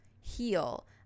heal